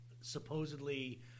supposedly